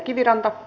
kiitoksia